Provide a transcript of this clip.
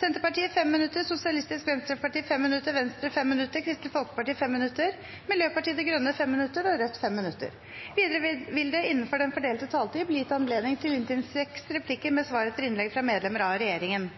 Senterpartiet 5 minutter, Sosialistisk Venstreparti 5 minutter, Venstre 5 minutter, Kristelig Folkeparti 5 minutter, Miljøpartiet De Grønne 5 minutter og Rødt 5 minutter. Videre vil det – innenfor den fordelte taletid – bli gitt anledning til inntil seks replikker med svar etter innlegg fra medlemmer av regjeringen.